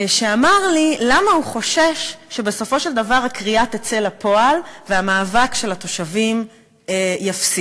שאמר לי למה הוא חושש שבסופו של דבר הכרייה תצא לפועל והתושבים יפסידו